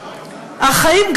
החיים,